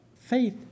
faith